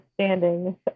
standing